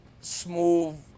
smooth